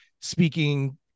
speaking